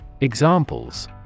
Examples